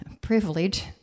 privilege